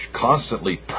constantly